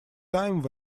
time